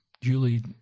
Julie